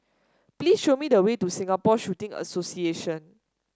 please show me the way to Singapore Shooting Association